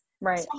Right